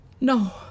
No